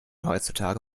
heutzutage